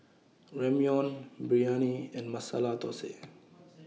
Ramyeon Biryani and Masala Dosa